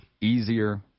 easier